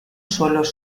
suelos